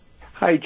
Hi